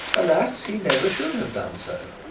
alas! he never should have done so.